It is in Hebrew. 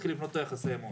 להתחיל לבנות יחסי אמון.